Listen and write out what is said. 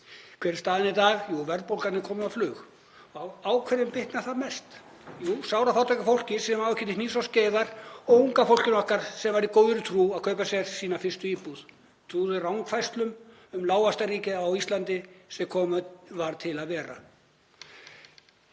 er staðan í dag? Jú, verðbólgan er komin á flug. Á hverjum bitnar það mest? Jú, sárafátæku fólki sem á ekki til hnífs og skeiðar og unga fólkinu okkar sem var í góðri trú að kaupa sér sína fyrstu íbúð og trúði rangfærslum um lágvaxtaríkið á Íslandi sem var komið til að vera.